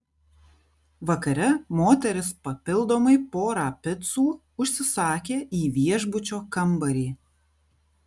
vakare moteris papildomai porą picų užsisakė į viešbučio kambarį